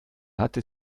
hatte